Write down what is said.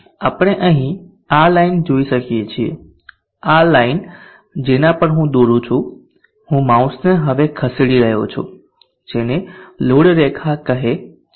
આપણે અહીં આ લાઈન જોઈ શકીએ છીએ આ લાઈન જેના પર હું દોરું છું હું માઉસને હવે સાથે ખસેડી રહ્યો છું જેને લોડ રેખા કહે છે